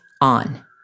on